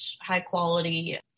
high-quality